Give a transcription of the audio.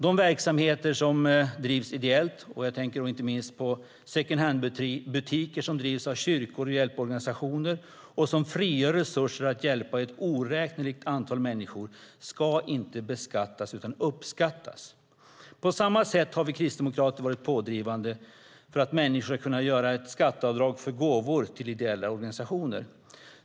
De verksamheter som drivs ideellt - jag tänker inte minst på second hand-butiker som drivs av kyrkor och hjälporganisationer och som frigör resurser för att hjälpa ett oräkneligt antal människor - ska inte beskattas utan uppskattas. På samma sätt har vi kristdemokrater varit pådrivande för att människor ska kunna göra ett skatteavdrag för gåvor till ideella organisationer.